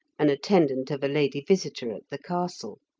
an attendant of a lady visitor at the castle.